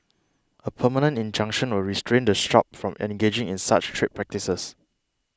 a permanent injunction will restrain the shop from engaging in such trade practices